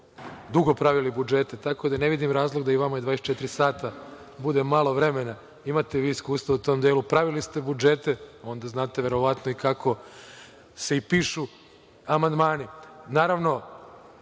dugo pravili budžete, tako da ne vidim razlog da vama 24 sata bude malo vremena. Imate vi iskustva u tom delu, pravili ste budžete, onda znate verovatno kako se i pišu amandmani. Naravno,